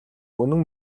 үнэн